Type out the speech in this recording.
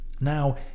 Now